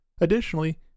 Additionally